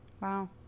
Wow